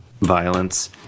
violence